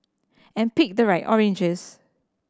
and pick the right oranges